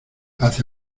hace